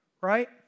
right